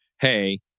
hey